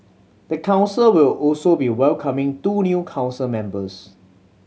the council will also be welcoming two new council members